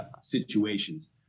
situations